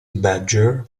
badger